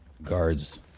Guards